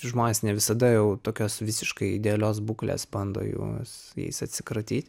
žmonės ne visada jau tokios visiškai idealios būklės bando juos jais atsikratyt